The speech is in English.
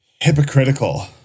hypocritical